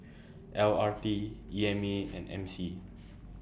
L R T E M A and M C